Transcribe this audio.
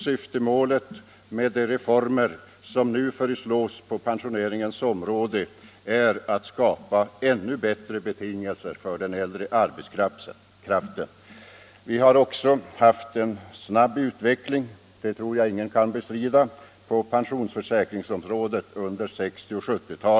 Syftemålet med de reformer som nu föreslås på pensioneringens område är att skapa ännu bättre betingelser för den äldre arbetskraften. Vi har också haft en snabb utveckling — det tror jag ingen kan bestrida — på pensionsförsäkringsområdet under 1960 och 1970-talen.